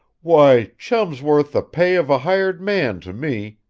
why, chum's worth the pay of a hired man to me,